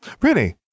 Really